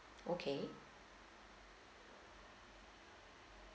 okay